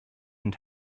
and